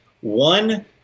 One